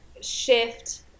shift